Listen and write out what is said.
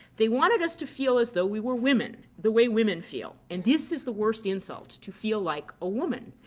they wanted us to feel as though we were women the way women feel. and this is the worst insult, to feel like a woman.